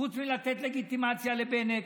חוץ מלתת לגיטימציה לבנט,